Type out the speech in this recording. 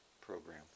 program